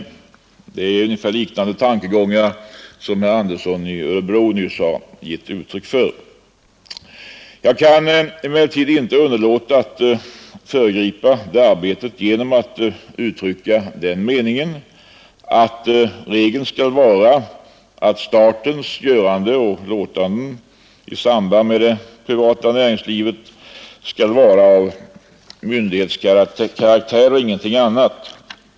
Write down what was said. Herr Andersson i Örebro gav nyss uttryck för liknande tankegångar. Jag kan emellertid inte underlåta att föregripa det arbetet genom att uttrycka den meningen, att regeln skall vara att statens göranden och låtanden i samband med det privata näringslivet skall vara av myndighetskaraktär och ingenting annat.